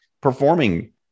performing